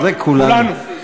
זה כולנו.